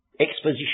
exposition